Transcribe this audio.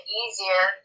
easier